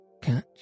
catch